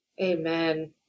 Amen